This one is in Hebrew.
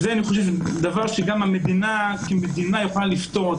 וזה דבר שאני חושב שהמדינה כמדינה יכולה לפתור.